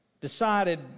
decided